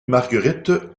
marguerite